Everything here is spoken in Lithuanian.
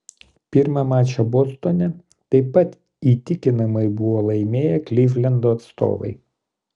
pirmą mačą bostone taip pat įtikinamai buvo laimėję klivlando atstovai